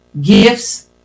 gifts